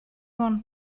want